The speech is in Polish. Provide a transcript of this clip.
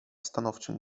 stanowczym